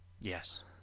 Yes